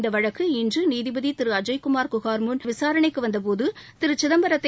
இந்த வழக்கு இன்று நீதிபதி திரு அஜய்குமார் குஹார் முன் விசாரணைக்கு வந்தபோது திரு சிதம்பரத்தை